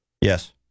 Yes